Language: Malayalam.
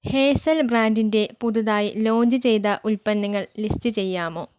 ഹേസൽ ബ്രാൻഡിന്റെ പുതുതായി ലോഞ്ച് ചെയ്ത ഉൽപ്പന്നങ്ങൾ ലിസ്റ്റ് ചെയ്യാമോ